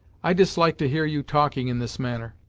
i dislike to hear you talking in this manner.